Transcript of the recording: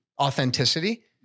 authenticity